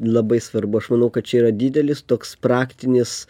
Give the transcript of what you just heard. labai svarbu aš manau kad čia yra didelis toks praktinis